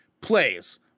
plays